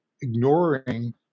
ignoring